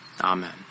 Amen